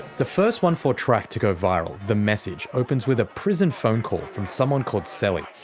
the first onefour track to go viral, the message, opens with a prison phone call from someone called celly.